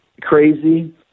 crazy